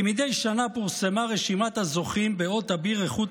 כמדי שנה פורסמה רשימת הזוכים באות אביר איכות